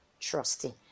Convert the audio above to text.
trusting